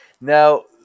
Now